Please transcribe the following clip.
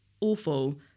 awful